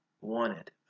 wanted